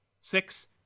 six